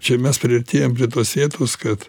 čia mes priartėjam prie tos vietos kad